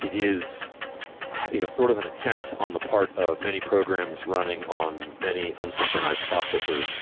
it is you know sort of an attempt on the part of many programs running on many unsynchronized processors